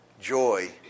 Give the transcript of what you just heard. Joy